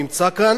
הכנסת שלו כאן